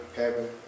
heaven